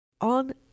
On